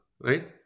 right